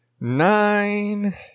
Nine